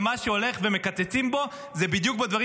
ומה שהולך ומקצצים בו זה בדיוק בדברים